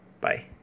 Bye